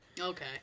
Okay